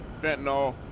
fentanyl